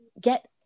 get